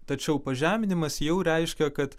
tačiau pažeminimas jau reiškia kad